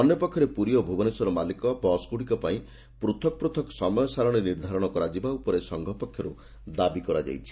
ଅନ୍ୟପକ୍ଷରେ ପୁରୀ ଓ ଭୁବନେଶ୍ୱର ମାଲିକଙ୍କ ବସ୍ଗୁଡ଼ିକ ପାଇଁ ପୂଥକ୍ ପୃଥକ୍ ସମୟ ସାରଶୀ ନିର୍ଦ୍ଧାରଶ କରାଯିବା ଉପରେ ସଂଘ ପକ୍ଷର୍ତ ଦାବି କରାଯାଇଛି